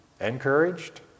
Encouraged